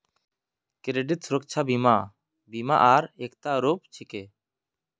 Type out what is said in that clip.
credit सुरक्षा बीमा बीमा र एकता रूप छिके